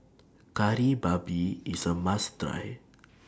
Kari Babi IS A must Try